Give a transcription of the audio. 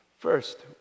First